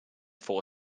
four